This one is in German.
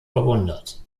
verwundert